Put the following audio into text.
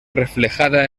reflejada